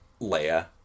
Leia